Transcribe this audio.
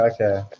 okay